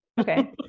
Okay